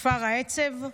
כפר העצב?